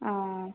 ആ ആ